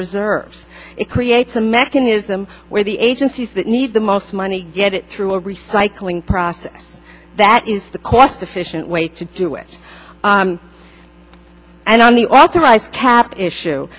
reserves it creates a mechanism where the agencies that need the most money get it through a recycling process that is the cost efficient way to do it and only authorized cap issue